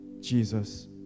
Jesus